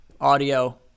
Audio